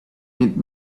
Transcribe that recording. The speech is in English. need